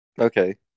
Okay